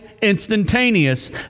instantaneous